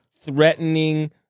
threatening